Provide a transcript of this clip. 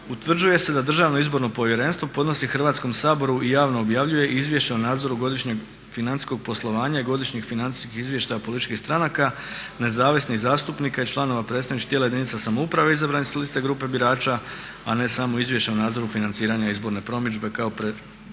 utvrđuje se da Državno izborno povjerenstvo podnosi Hrvatskom saboru i javno objavljuje izvješće o nadzoru godišnjeg financijskog poslovanja i godišnjih financijskih izvještaja političkih stranka, nezavisnih zastupnika i članova predstavničkih tijela jedinica samouprave izabranih s liste grupe birača a ne samo izvješća o nadzoru financiranja izborne promidžbe kao prema